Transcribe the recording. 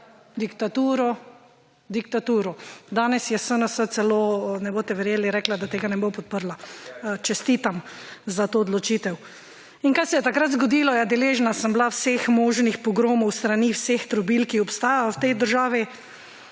diktaturo, diktaturo. Danes je SNS celo, ne boste verjeli, rekel, da tega ne bo podprl. Čestitam za to odločitev. In kaj se je takrat zgodilo. Deležna sem bila vseh možnih pogromov s strani vseh trobil, ki obstajajo v tej državi,